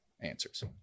answers